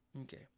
Okay